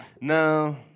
No